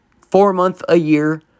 four-month-a-year